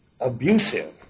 abusive